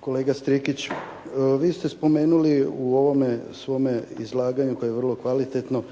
Kolega Strikić, vi ste spomenuli u ovome svome izlaganju koje je vrlo kvalitetno,